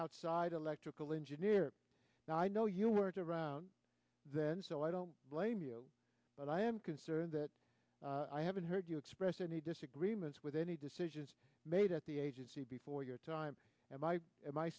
outside electrical engineer and i know you weren't around then so i don't blame you but i am concerned that i haven't heard you express any disagreements with any decisions made at the agency before your time and